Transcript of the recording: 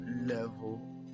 level